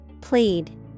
plead